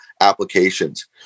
applications